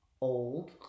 old